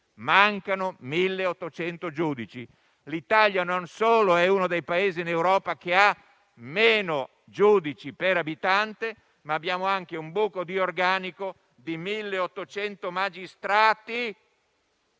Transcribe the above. mancano 1.800 giudici. L'Italia non solo è uno dei Paesi in Europa che ha meno giudici per abitante, ma abbiamo anche un buco di organico di 1.800 magistrati,